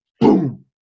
boom